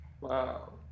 Wow